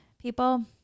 People